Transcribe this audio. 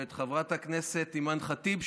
ואת חברת הכנסת אימאן ח'טיב,